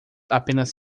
apenas